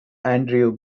andrew